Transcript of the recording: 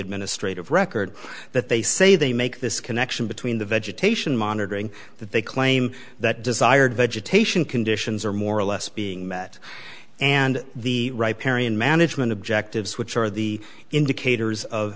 administrative record that they say they make this connection between the vegetation monitoring that they claim that desired vegetation conditions are more or less being met and the right parry and management objectives which are the indicators of